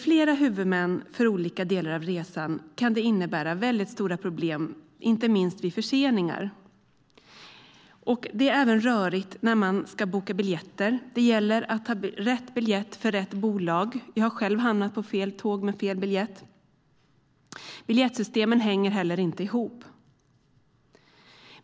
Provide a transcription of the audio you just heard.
Flera huvudmän för olika delar av resan kan innebära mycket stora problem, inte minst vid förseningar. Det är även rörigt när man ska boka biljetter. Det gäller att ha rätt biljett för rätt bolag - jag har själv hamnat på fel tåg med fel biljett - och biljettsystemen hänger inte ihop.